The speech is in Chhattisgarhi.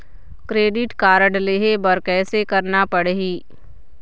क्रेडिट कारड लेहे बर कैसे करना पड़ही?